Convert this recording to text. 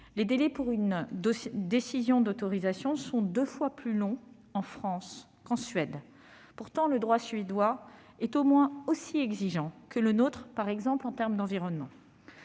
Les délais pour une décision d'autorisation sont deux fois plus longs en France qu'en Suède. Pourtant, le droit suédois est au moins aussi exigeant que le nôtre en matière d'environnement.